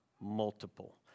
Multiple